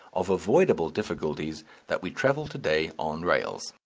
of avoidable difficulties that we travel to-day on rails.